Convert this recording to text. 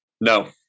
No